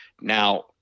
Now